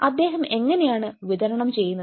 അദ്ദേഹം എങ്ങനെയാണ് വിതരണം ചെയ്യുന്നത്